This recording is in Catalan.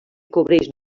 cobreix